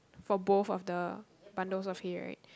for both of the bundles of hay right